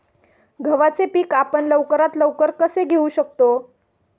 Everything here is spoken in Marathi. गव्हाचे पीक आपण लवकरात लवकर कसे घेऊ शकतो?